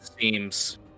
seems